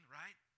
right